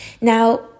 Now